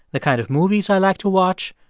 the kind of movies i like to watch,